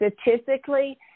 statistically